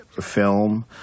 film